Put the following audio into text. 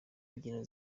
imbyino